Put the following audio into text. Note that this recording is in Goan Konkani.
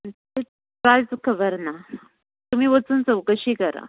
प्रायज खबर ना तुमी वचून चवकशी करात